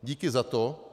Díky za to.